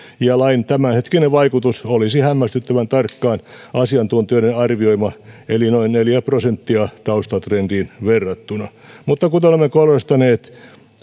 ja lain tämänhetkinen vaikutus olisi hämmästyttävän tarkkaan asiantuntijoiden arvioima eli noin neljä prosenttia taustatrendiin verrattuna mutta kuten olemme korostaneet